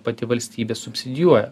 pati valstybė subsidijuoja